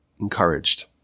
encouraged